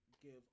give